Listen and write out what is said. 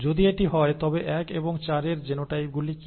যদি এটি হয় তবে 1 এবং 4 এর জিনোটাইপগুলি কি